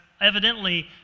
evidently